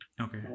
okay